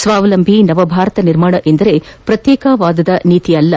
ಸ್ವಾವಲಂಬಿ ನವಭಾರತ ನಿರ್ಮಾಣವೆಂದರೆ ಪ್ರತ್ಯೇಕತಾವಾದದ ನೀತಿಯಲ್ಲ